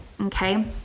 Okay